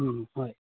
হয়